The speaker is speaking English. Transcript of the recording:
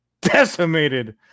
decimated